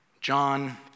John